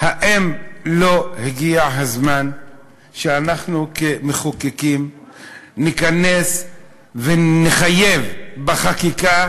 האם לא הגיע הזמן שאנחנו כמחוקקים ניכנס ונחייב בחקיקה